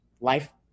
Life